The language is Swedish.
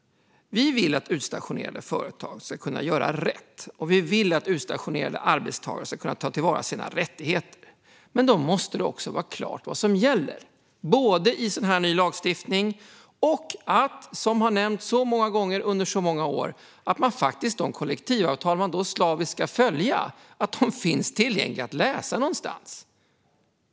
Vi vill att utstationerade företag ska kunna göra rätt, och vi vill att utstationerade arbetstagare ska kunna ta till vara sina rättigheter. Men då måste det vara klart vad som gäller, både i ny lagstiftning som denna och att de kollektivavtal som slaviskt ska följas finns tillgängliga att läsa någonstans.